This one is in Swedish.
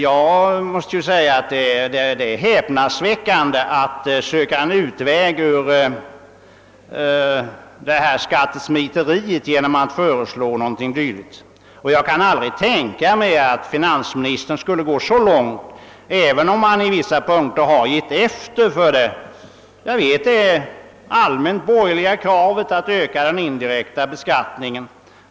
Jag tycker det är häpnadsväckande att söka en utväg ur skattesmiteriet genom att föreslå något dylikt, och jag kan aldrig tänka mig att finansministern skulle gå så långt, även om han på vissa punkter har givit efter för det allmänt borgerliga kravet att öka den indirekta beskattningen.